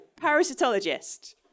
parasitologist